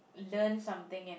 learn something and